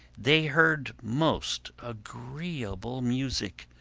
they heard most agreeable music,